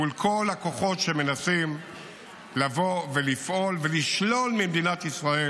מול כל הכוחות שמנסים לבוא ולפעול ולשלול ממדינת ישראל